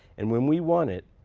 and when we won it,